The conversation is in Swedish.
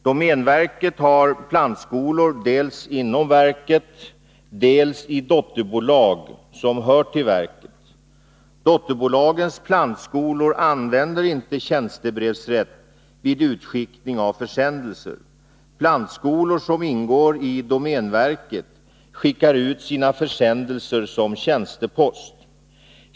Domänverket har plantskolor dels inom verket, dels i dotterbolag som hör till verket. Dotterbolagens plantskolor använder inte tjänstebrevsrätt vid utskickning av försändelser. Plantskolor som ingår i domänverket skickar ut sina försändelser som tjänstepost.